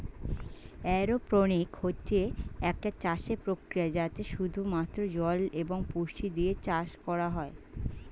aeroponics হচ্ছে একটা চাষের প্রক্রিয়া যাতে শুধু মাত্র জল এবং পুষ্টি দিয়ে চাষ করা হয়